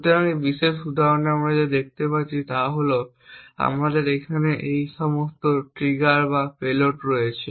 সুতরাং এই বিশেষ উদাহরণে আমরা যা দেখতে পাচ্ছি তা হল আমাদের এখানে এই ট্রিগার এবং পেলোড রয়েছে